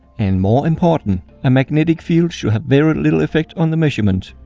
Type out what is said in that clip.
and more important a magnetic field should have very little effect on the measurement.